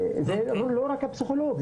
וזה לא רק הפסיכולוג,